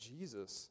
Jesus